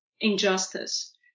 injustice